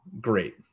great